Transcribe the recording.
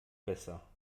besser